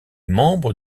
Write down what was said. membre